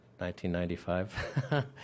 1995